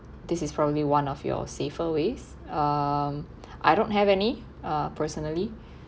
this is probably one of your safer ways um I don't have any uh personally